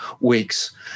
weeks